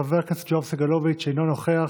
חבר הכנסת יואב סגלוביץ' אינו נוכח.